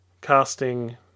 casting